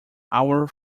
our